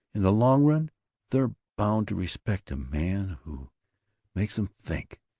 in the long run they're bound to respect a man who makes them think,